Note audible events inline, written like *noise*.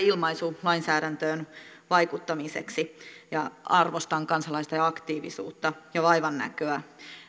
*unintelligible* ilmaisu lainsäädäntöön vaikuttamiseksi ja arvostan kansalaisten aktiivisuutta ja vaivannäköä